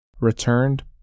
returned